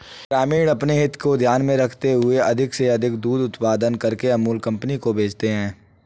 ग्रामीण अपनी हित को ध्यान में रखते हुए अधिक से अधिक दूध उत्पादन करके अमूल कंपनी को भेजते हैं